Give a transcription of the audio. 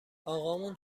اقامون